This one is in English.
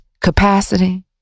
capacity